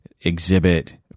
exhibit